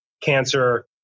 cancer